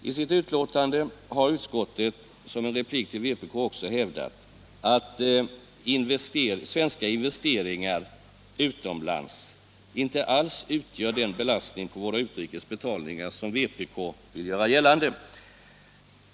I sitt betänkande har utskottet som en replik till vpk också hävdat att svenska investeringar utomlands inte alls utgör den belastning på våra utrikes betalningar som vpk vill göra gällande.